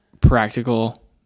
practical